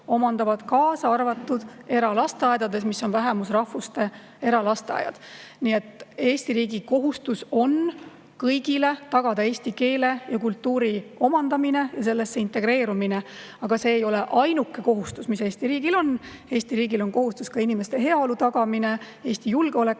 kaasa arvatud eralasteaedades, mis on vähemusrahvuste eralasteaiad. Nii et Eesti riigi kohustus on kõigile tagada eesti keele ja kultuuri omandamine, sellesse integreerumine, aga see ei ole ainuke kohustus, mis Eesti riigil on. Eesti riigil on kohustus ka inimeste heaolu tagamine, Eesti julgeoleku